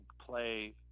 play